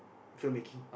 film baking